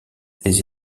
les